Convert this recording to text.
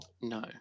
No